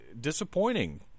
disappointing